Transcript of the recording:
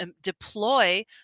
deploy